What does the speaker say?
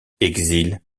exils